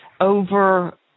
over